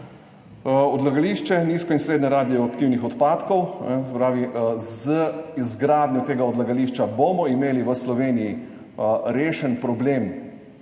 Odlagališče nizko in srednje radioaktivnih odpadkov. Z izgradnjo tega odlagališča bomo imeli v Sloveniji rešen problem